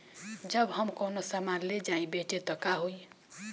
जब हम कौनो सामान ले जाई बेचे त का होही?